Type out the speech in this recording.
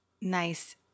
Nice